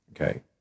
okay